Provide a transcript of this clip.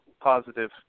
positive